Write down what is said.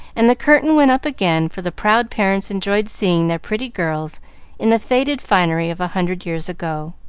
and the curtain went up again, for the proud parents enjoyed seeing their pretty girls in the faded finery of a hundred years ago.